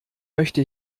möchte